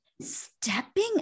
stepping